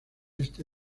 este